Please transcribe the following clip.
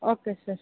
okay sir